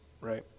right